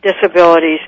disabilities